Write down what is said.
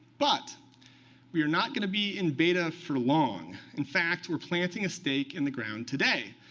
but we are not going to be in beta for long. in fact, we're planting a stake in the ground today,